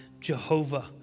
Jehovah